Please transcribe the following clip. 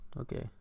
okay